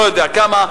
לא יודע כמה,